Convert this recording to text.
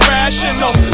rational